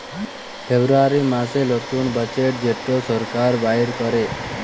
ফেব্রুয়ারী মাসের লতুল বাজেট যেট সরকার বাইর ক্যরে